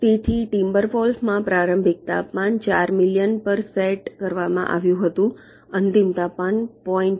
તેથી ટિમ્બરવોલ્ફ માં પ્રારંભિક તાપમાન 4 મિલિયન પર સેટ કરવામાં આવ્યું હતું અંતિમ તાપમાન 0